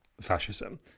fascism